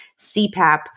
CPAP